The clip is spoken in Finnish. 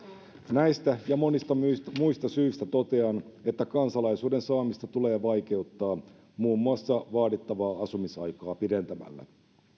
näistä ja monista muista muista syistä totean että kansalaisuuden saamista tulee vaikeuttaa muun muassa vaadittavaa asumisaikaa pidentämällä